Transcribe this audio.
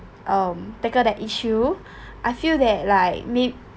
um tackle that issue I feel that like maybe